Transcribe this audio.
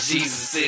Jesus